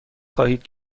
خواهید